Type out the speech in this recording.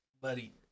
Buddy